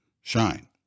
shine